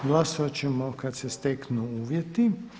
Glasovat ćemo kad se steknu uvjeti.